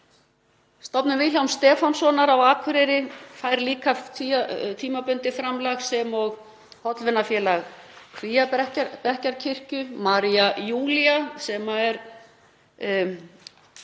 Stofnun Vilhjálms Stefánssonar á Akureyri fær líka tímabundið framlag sem og Hollvinafélag Kvíabekkjarkirkju. María Júlía, sem er partur